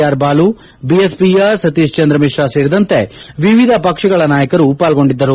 R Balu ಬಿಎಸ್ಪಿಯ ಸತೀಶ್ ಚಂದ್ರ ಮಿಶ್ರಾ ಸೇರಿದಂತೆ ವಿವಿಧ ಪಕ್ಷಗಳ ನಾಯಕರು ಪಾಲ್ಗೊಂಡಿದ್ದರು